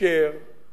הקמת